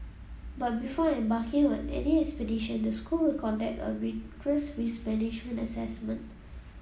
but before embarking on any expedition the school will conduct a rigorous risk management assessment